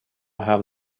have